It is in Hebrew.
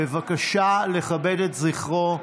בבקשה לכבד את זכרו.